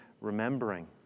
remembering